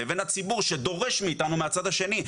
לבין הציבור שדורש מאתנו מהצד השני.